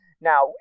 now